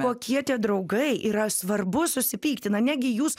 kokie tie draugai yra svarbu susipykti na negi jūs